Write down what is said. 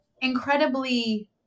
Incredibly